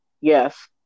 Yes